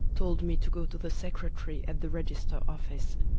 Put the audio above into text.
told me to go to the secretary at the register office,